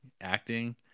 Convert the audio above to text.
acting